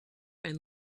and